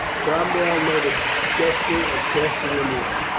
cromwell made a gesture of casting him off.